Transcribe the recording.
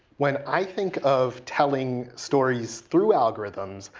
when i think of telling stories through algorithms,